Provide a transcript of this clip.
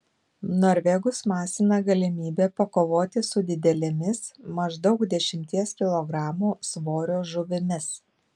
norvegus masina galimybė pakovoti su didelėmis maždaug dešimties kilogramų svorio žuvimis